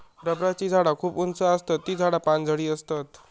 रबराची झाडा खूप उंच आसतत ती झाडा पानझडी आसतत